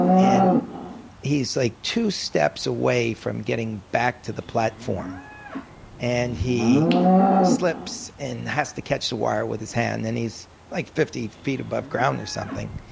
and he's like two steps away from getting back to the platform and he slips and has to catch the wire with his hand. and he's like fifty feet above ground or something,